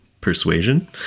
persuasion